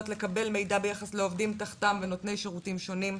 לקבל מידע ביחס לעובדים תחתם ונותני שירותים שונים.